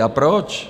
A proč?